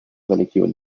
religion